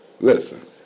Listen